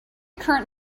current